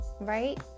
right